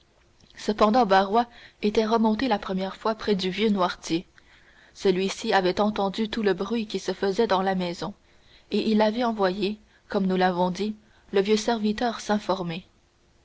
cependant barrois était remonté la première fois près du vieux noirtier celui-ci avait entendu tout le bruit qui se faisait dans la maison et il avait envoyé comme nous l'avons dit le vieux serviteur